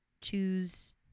choose